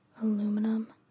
aluminum